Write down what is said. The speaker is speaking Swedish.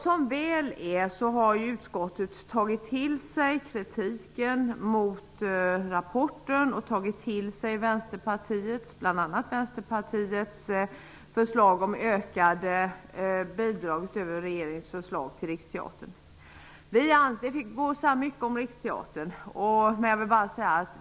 Som väl är har utskottet tagit till sig kritiken mot rapporten och bl.a. Vänsterpartiets förslag om ökade bidrag utöver regeringens förslag till Riksteatern. Det går att säga mycket om Riksteatern.